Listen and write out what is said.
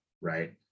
Right